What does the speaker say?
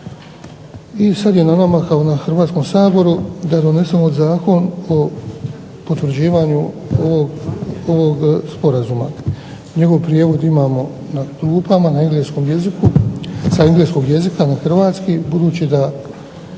I sad je na nama kao na Hrvatskom saboru da donesemo Zakon o potvrđivanju ovog sporazuma. Njegov prijevod imamo na klupama na engleskom jeziku, sa engleskog jezika na hrvatski budući da